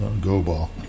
go-ball